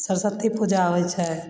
सरस्वती पूजा होइ छै